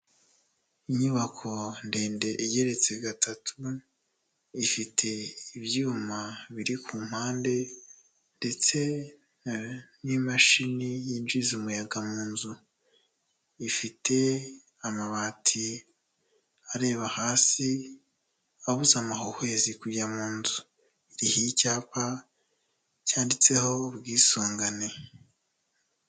Inyubako ndende igeretse gatatu ifite ibyuma biri ku mpande ndetse n'imashini yinjiza umuyaga mu nzu, ifite amabati areba hasi abuza amahuhwezi kujya mu nzu, iriho icyapa cyanditseho ubwisungane.